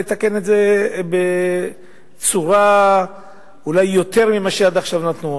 לתקן את זה אולי יותר ממה שעד עכשיו נתנו.